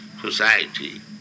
society